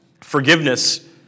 forgiveness